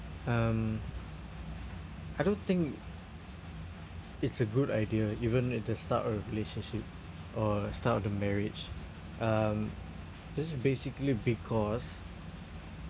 um I don't think it's a good idea even at the start of a relationship or start of the marriage um this is basically because